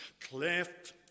cleft